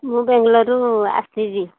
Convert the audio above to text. ମୁଁ ବାଙ୍ଗଲୋରରୁ ଆସିଛି